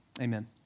amen